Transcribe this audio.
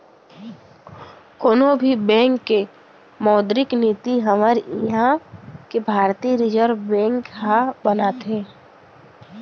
कोनो भी बेंक के मौद्रिक नीति हमर इहाँ के भारतीय रिर्जव बेंक ह बनाथे